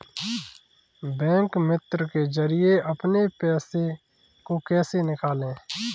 Bank मित्र के जरिए अपने पैसे को कैसे निकालें?